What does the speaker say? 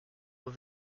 aux